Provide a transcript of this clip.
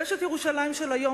ויש ירושלים של היום,